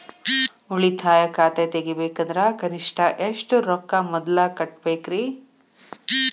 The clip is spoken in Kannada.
ಉಳಿತಾಯ ಖಾತೆ ತೆಗಿಬೇಕಂದ್ರ ಕನಿಷ್ಟ ಎಷ್ಟು ರೊಕ್ಕ ಮೊದಲ ಕಟ್ಟಬೇಕ್ರಿ?